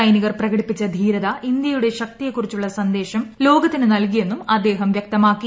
സൈനികർ പ്രകടിപ്പിച്ച ധീരത ഇന്ത്യയുടെ ശക്തിയെക്കുറിച്ചുള്ള സന്ദേശം ലോകത്തിനു നൽകിയെന്നും അദ്ദേഹം വ്യക്തമാക്കി